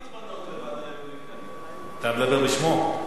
יוכל להתמנות לוועדה למינוי קאדים, אתה מדבר בשמו?